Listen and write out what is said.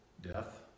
death